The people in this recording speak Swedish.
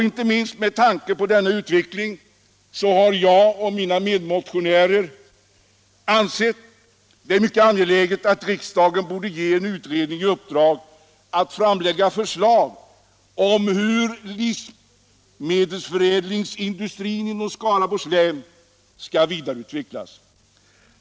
Inte minst med tanke på denna utveckling har jag och mina medmotionärer ansett det mycket angeläget att riksdagen ger en utredning i uppdrag att framlägga förslag om hur livsmedelsförädlingsindustrin inom Skaraborgs län skall vidareutvecklas.